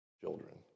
children